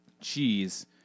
cheese